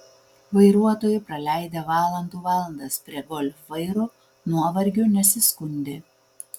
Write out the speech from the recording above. vairuotojai praleidę valandų valandas prie golf vairo nuovargiu nesiskundė